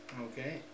Okay